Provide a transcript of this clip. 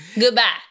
Goodbye